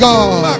God